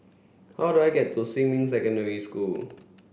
how do I get to Xinmin Secondary School